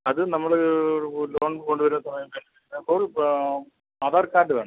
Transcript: അത് നമ്മൾ ലോൺ കൊണ്ട് വരുന്ന സമയത്ത് ആധാർ കാർഡ് വേണം